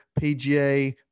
pga